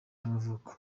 y’amavuko